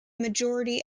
majority